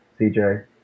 CJ